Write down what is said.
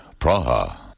Praha